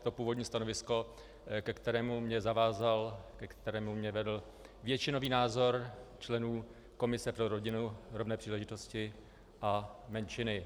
To původní stanovisko, ke kterému mě zavázal, ke kterému mě vedl většinový názor členů komise Sněmovny pro rodinu, rovné příležitosti a menšiny.